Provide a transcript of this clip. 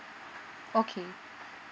okay